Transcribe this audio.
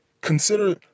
Consider